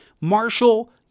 Marshall